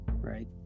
right